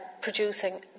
producing